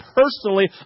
personally